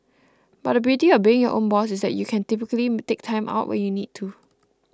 but the beauty of being your own boss is that you can typically take Time Out when you need to